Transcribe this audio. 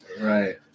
right